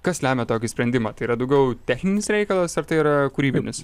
kas lemia tokį sprendimą tai yra daugiau techninis reikalas ar tai yra kūrybinis